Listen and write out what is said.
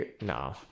No